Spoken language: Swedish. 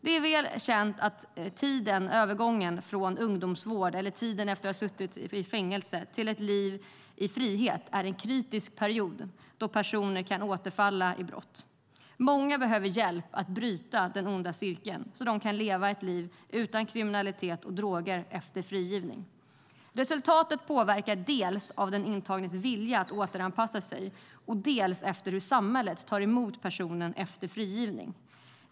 Det är väl känt att övergången från ungdomsvård eller efter att ha suttit i fängelse till ett liv i frihet är en kritisk period då personer kan återfalla i brott. Många behöver hjälp med att bryta den onda cirkeln så att de kan leva ett liv utan kriminalitet och droger efter frigivning. Resultatet påverkas dels av den intagnes vilja att återanpassa sig, dels av hur samhället tar emot personen efter frigivningen.